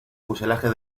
fuselaje